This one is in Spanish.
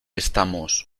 estamos